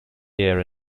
year